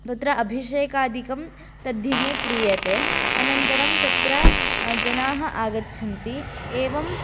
तत्र अभिषेकादिकं तद्दिने क्रियते अनन्तरं तत्र जनाः आगच्छन्ति एवं